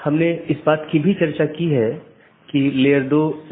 यह एक बड़े आईपी नेटवर्क या पूरे इंटरनेट का छोटा हिस्सा है